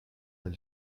del